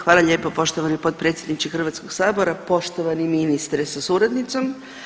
Hvala lijepo poštovani potpredsjedniče Hrvatskog sabora, poštovani ministre sa suradnicom.